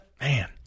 Man